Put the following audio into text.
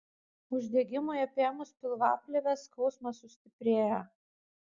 uždegimui apėmus pilvaplėvę skausmas sustiprėja